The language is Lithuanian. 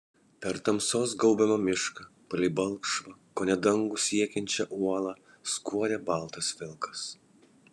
per tamsos gaubiamą mišką palei balkšvą kone dangų siekiančią uolą skuodė baltas vilkas